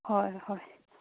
ꯍꯣꯏ ꯍꯣꯏ